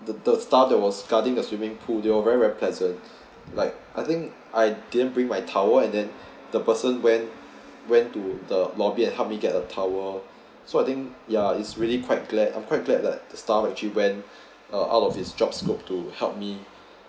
the the staff that was guarding the swimming pool they were very very pleasant like I think I didn't bring my tower and then the person went went to the lobby and help me get a towel so I think ya it's really quite glad I'm quite glad that the staff actually went uh out of his job scope to help me